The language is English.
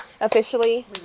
officially